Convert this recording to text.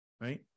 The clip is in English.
right